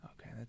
Okay